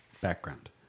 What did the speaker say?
background